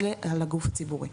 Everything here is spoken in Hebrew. אלה על הגוף הציבורי.